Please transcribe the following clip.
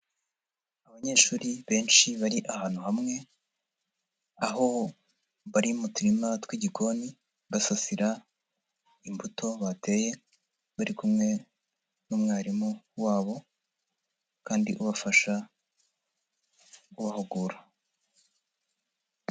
Abanyeshuri benshi bari ahantu hamwe, aho bari mu turima tw'igikoni basasira imbuto bateye ,bari kumwe n'umwarimu wabo, kandi ubafasha kubahugura.